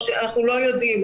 אנחנו לא יודעים.